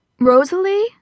Rosalie